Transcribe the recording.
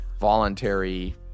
voluntary